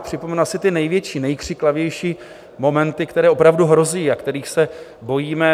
Připomenu asi ty největší, nejkřiklavější momenty, které opravdu hrozí a kterých se bojíme.